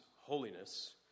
holiness